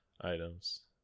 items